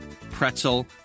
pretzel